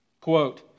Quote